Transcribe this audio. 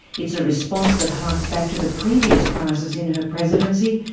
it's a response that harks back to the previous crisis in her presidency,